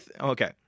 okay